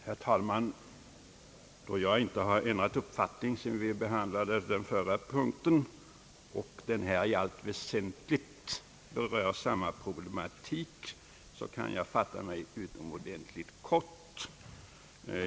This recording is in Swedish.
Herr talman! Då jag inte har ändrat uppfattning sedan vi behandlade den förra punkten och då denna punkt i allt väsentligt rör samma problematik, kan jag fatta mig utomordentligt kort.